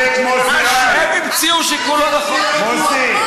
אני, מוסי,